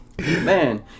man